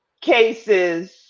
cases